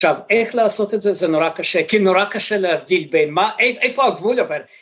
‫עכשיו, איך לעשות את זה? ‫זה נורא קשה. ‫כי נורא קשה להבדיל בין מה... ‫אי... איפה הגבול, אבל...